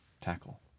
tackle